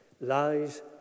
lies